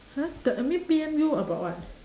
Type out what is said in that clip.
!huh! the admin P_M you about what